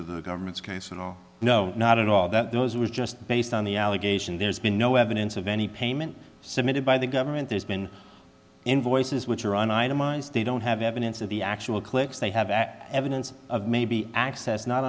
of the government's case and oh no not at all that those was just based on the allegation there's been no evidence of any payment submitted by the government there's been invoices which are an itemized they don't have evidence of the actual clicks they have that evidence of maybe access not